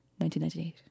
1998